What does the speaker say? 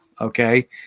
okay